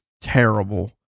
terrible